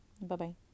Bye-bye